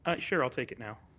ah sure, i'll take it now.